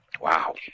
Wow